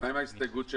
מה עם ההסתייגות שלי?